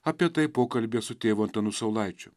apie tai pokalbis su tėvu antanu saulaičiu